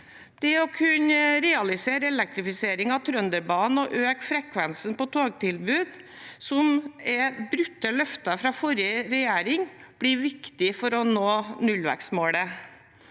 Det å kunne realisere elektrifisering av Trønderbanen og øke frekvensen på togtilbudet, som er brutte løfter fra forrige regjering, blir viktig for å nå nullvekstmålet.